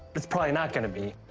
it's probably not gonna be.